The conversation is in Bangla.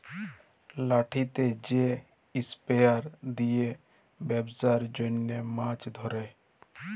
লাঠিতে যে স্পিয়ার দিয়ে বেপসার জনহ মাছ ধরে